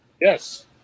Yes